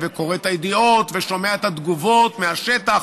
קורא את הידיעות ושומע את התגובות מהשטח,